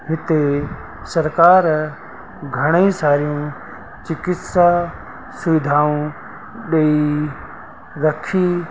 हिते सरकारि घणेई सारियूं चिकित्सा सुविधाऊं ॾेई रखी